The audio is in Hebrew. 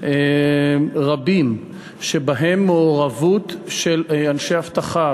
רבים שבהם יש מעורבות של אנשי אבטחה,